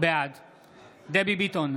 בעד דבי ביטון,